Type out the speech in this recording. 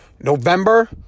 November